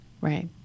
Right